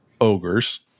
ogres